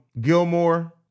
Gilmore